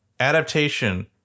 Adaptation